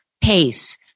PACE